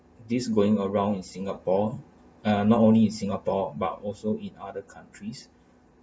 this going around in singapore uh not only in singapore but also in other countries